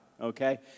Okay